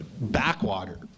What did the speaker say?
backwater